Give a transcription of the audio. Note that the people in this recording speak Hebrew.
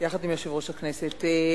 יחד עם יושב-ראש הכנסת.